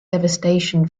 devastation